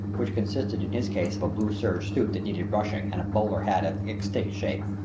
which consisted in his case of a blue serge suit that needed brushing and a bowler hat of extinct shape,